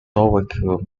dowager